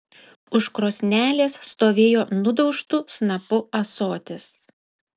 už krosnelės stovėjo nudaužtu snapu ąsotis